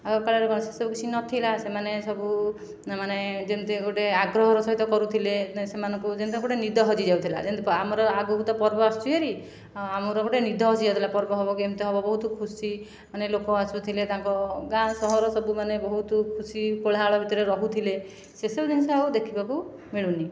ଆଗକାଳରେ କ'ଣ ସେସବୁ କିଛି ନଥିଲା ସେମାନେ ସବୁ ନା ମାନେ ଯେମିତି ଗୋଟିଏ ଆଗ୍ରହର ସହିତ କରୁଥିଲେ ନାଇ ସେମାନଙ୍କୁ ଯେମିତି ଗୋଟିଏ ନିଦ ହଜିଯାଉଥିଲା ଯେମିତି ଆମର ଆଗକୁ ତ ପର୍ବ ଆସୁଛି ଭାରି ଆମର ଗୋଟିଏ ନିଦ ହଜି ଯାଉଥିଲା ପର୍ବ ହେବ କେମିତି ହେବ ବହୁତ ଖୁସି ମାନେ ଲୋକ ଆସୁଥିଲେ ତାଙ୍କ ଗାଁ ସହର ସବୁ ମାନେ ବହୁତ ଖୁସି କୋଳାହଳ ଭିତରେ ରହୁଥିଲେ ସେସବୁ ଜିନିଷ ଆଉ ଦେଖିବାକୁ ମିଳୁନି